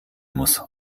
muss